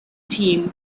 team